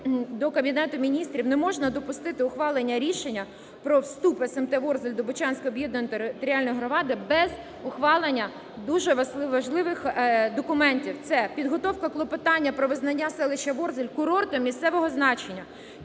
до Кабінету Міністрів: не можна допустити ухвалення рішення про вступсмт Ворзель до Бучанської об'єднаної територіальної громади без ухвалення дуже важливих документів. Це підготовка клопотання про визнання селища Ворзель курортом місцевого значення,